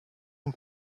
and